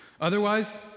Otherwise